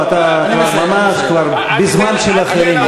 אתה ממש כבר בזמן של אחרים.